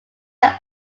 are